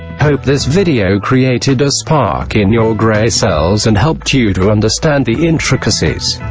hope this video created a spark in your grey cells and helped you to understand the intricacies.